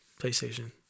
PlayStation